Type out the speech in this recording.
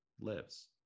lives